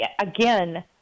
again